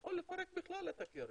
יכול לפרק בכלל את הקרן.